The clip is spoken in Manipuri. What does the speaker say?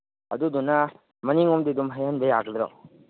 ꯑꯗꯨꯗꯨꯅ ꯃꯅꯤꯡꯉꯣꯝꯗꯒꯤ ꯑꯗꯨꯝ ꯍꯩꯍꯟꯕ ꯌꯥꯒꯗ꯭ꯔꯣ